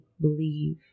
believe